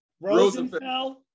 Rosenfeld